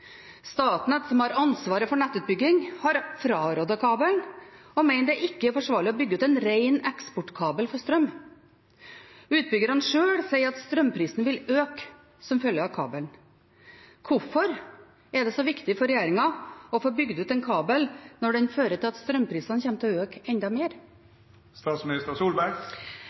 Statnett, som har ansvaret for nettutbygging, har frarådet å bygge ut kabelen og mener det ikke er forsvarlig å bygge ut en ren eksportkabel for strøm. Utbyggerne selv sier at strømprisen vil øke som følge av kabelen. Hvorfor er det så viktig for regjeringen å få bygd ut en kabel når den fører til at strømprisene kommer til å øke enda mer?